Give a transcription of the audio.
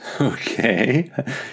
Okay